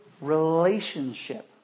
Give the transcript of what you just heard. relationship